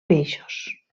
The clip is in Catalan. peixos